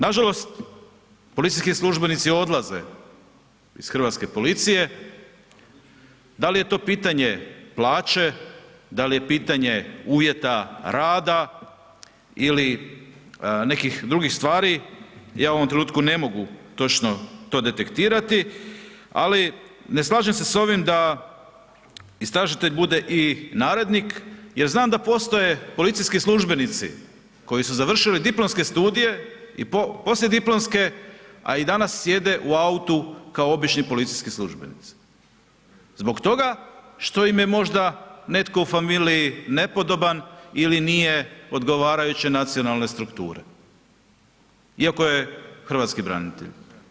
Nažalost, policijski službenici odlaze iz hrvatske policije, da li je to pitanje plaće, da li je pitanje uvjeta rada ili nekih drugih stvari, ja u ovom trenutku ne mogu točno to detektirati ali ne slažem se s ovim da istražitelj bude i narednik jer znam da postoje policijski službenici koji su završili diplomske studije i poslijediplomske a i danas sjede u autu kao obični policijski službenici zbog toga što im je možda netko u familiji nepodoban ili nije odgovarajuće nacionalne strukture iako je hrvatski branitelj.